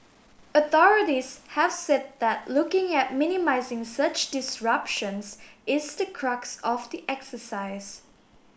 authorities have said that looking at minimising such disruptions is the crux of the exercise